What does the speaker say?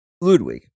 Ludwig